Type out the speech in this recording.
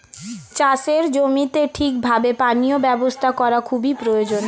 চাষের জমিতে ঠিক ভাবে পানীয় ব্যবস্থা করা খুবই প্রয়োজন